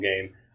game